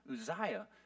Uzziah